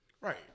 right